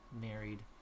married